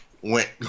went